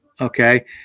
okay